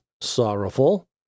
sorrowful